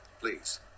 Please